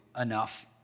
enough